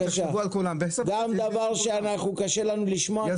גם דבר שקשה לנו לשמוע, נשמע אותו.